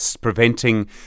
preventing